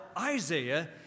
Isaiah